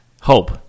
Hope